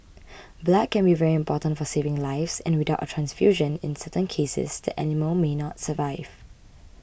blood can be very important for saving lives and without a transfusion in certain cases the animal may not survive